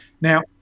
Now